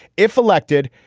if elected,